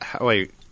Wait